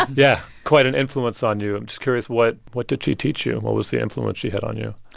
ah yeah quite an influence on you. i'm just curious. what what did she teach you? what was the influence she had on you?